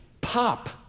pop